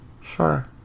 Sure